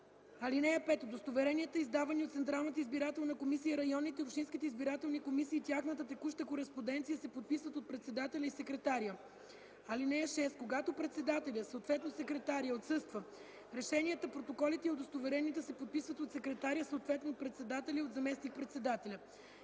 мнение. (5) Удостоверенията, издавани от Централната избирателна комисия, районните и общинските избирателни комисии и тяхната текуща кореспонденция се подписват от председателя и секретаря. (6) Когато председателят, съответно секретарят, отсъства, решенията, протоколите и удостоверенията се подписват от секретаря, съответно от председателя, и от заместник-председателя.